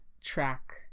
track